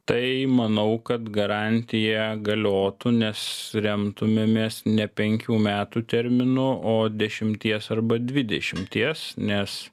tai manau kad garantija galiotų nes remtumėmės ne penkių metų terminu o dešimties arba dvidešimties nes